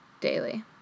daily